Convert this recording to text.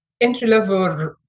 entry-level